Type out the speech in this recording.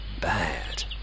bad